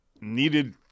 needed